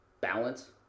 balance